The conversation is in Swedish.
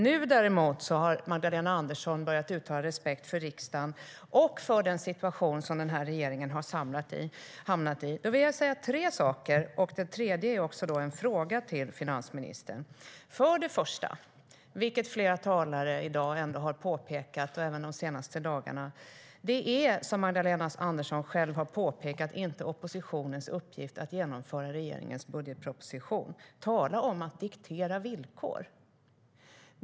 Nu däremot har Magdalena Andersson börjat uttala respekt för riksdagen och för den situation som den här regeringen har hamnat i. Då vill jag säga tre saker. Den tredje är också en fråga till finansministern. För det första, vilket flera talare i dag och även de senaste dagarna har påpekat och som Magdalena Andersson själv har påpekat: Det är inte oppositionens uppgift att genomföra regeringens budgetproposition. Tala om att diktera villkor!